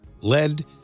lead